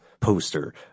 poster